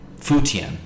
Futian